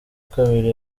kabiri